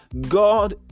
God